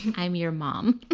i'm your mom.